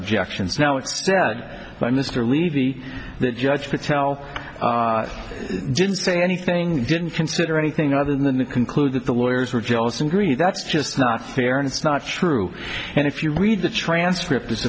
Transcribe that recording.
objections now it's stead by mr levy that judge patel didn't say anything they didn't consider anything other than the conclude that the lawyers were jealous and green that's just not fair and it's not true and if you read the transcript